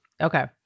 Okay